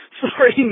sorry